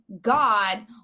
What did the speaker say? god